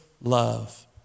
love